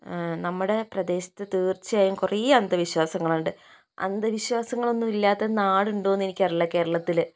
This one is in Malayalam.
നമ്മുടെ പ്രദേശത്ത് തീർച്ചയായും കുറേ അന്ധവിശ്വാസങ്ങളുണ്ട് അന്ധവിശ്വാസങ്ങളൊന്നും ഇല്ലാത്ത നാടുണ്ടോയെന്ന് എനിക്കറിയില്ല കേരളത്തിൽ